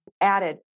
added